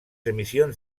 emissions